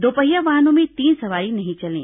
दोपहिया वाहनों में तीन सवारी नहीं चलें